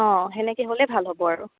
অঁ সেনেকে হ'লে ভাল হ'ব আৰু